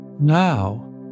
Now